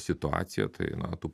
situacija tai na tų